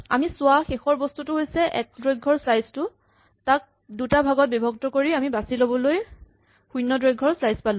আমি চোৱা শেষৰ বস্তু হৈছে এক দৈৰ্ঘৰ স্লাইচ টো তাক দুটা ভাগত বিভক্ত কৰি আমি বাচি ল'বলৈ শূণ্য দৈৰ্ঘৰ স্লাইচ পালো